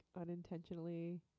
unintentionally